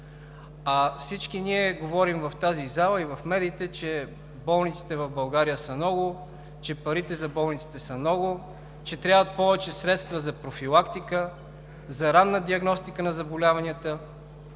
Всички ние в тази зала и в медиите говорим, че болниците в България са много, че парите за болниците са много, че трябват повече средства за профилактика, за ранна диагностика на заболяванията.